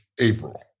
April